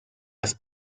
las